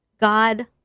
God